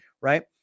Right